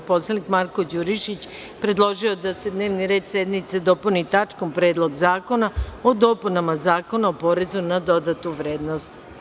Narodni poslanik Marko Đurišić predložio je da se dnevni red sednice dopuni tačkom Predlog zakona o dopunama Zakona o porezu na dodatu vrednost.